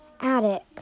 attic